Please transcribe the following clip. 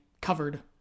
covered